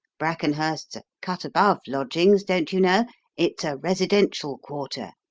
brackenhurst's a cut above lodgings, don't you know it's a residential quarter.